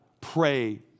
pray